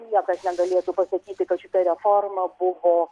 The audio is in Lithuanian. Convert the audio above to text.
niekas negalėtų pasakyti kad šita reforma buvo